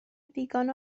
ddigon